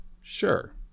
sure